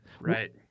Right